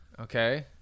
Okay